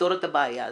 לפתור את הבעיה הזאת.